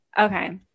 Okay